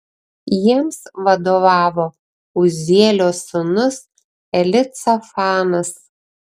jiems vadovavo uzielio sūnus elicafanas